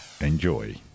enjoy